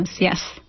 yes